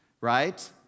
right